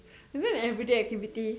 is it an everyday activity